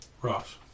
Ross